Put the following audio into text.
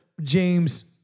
James